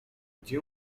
gdzie